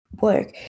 work